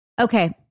Okay